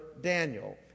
Daniel